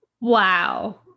Wow